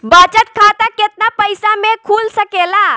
बचत खाता केतना पइसा मे खुल सकेला?